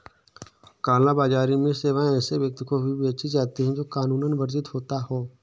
काला बाजारी में सेवाएं ऐसे व्यक्ति को भी बेची जाती है, जो कानूनन वर्जित होता हो